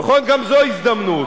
נכון, גם זו הזדמנות.